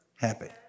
happy